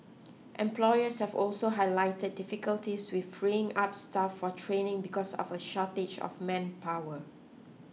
employers have also highlighted difficulties with freeing up staff for training because of a shortage of manpower